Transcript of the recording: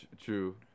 true